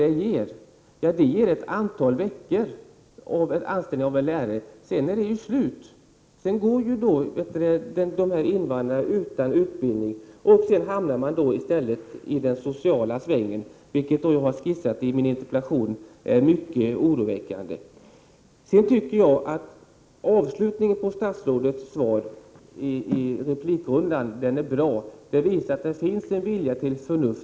Det innebär att man kan anställa en lärare ett antal veckor. Sedan är det slut. Sedan går invandrarna utan utbildning. De hamnar i stället i den sociala svängen. Det är mycket oroväckande, vilket jag också nämner i min interpellation. Avslutningen på statsrådets senaste inlägg är bra. Den visar att det finns en vilja till förnuft och tänkande.